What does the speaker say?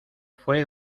fue